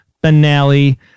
finale